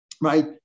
right